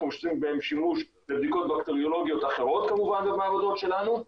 אנחנו משתמשים בהם לבדיקות בקטריולוגיות אחרות כמובן במעבדות שלנו.